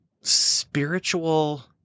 spiritual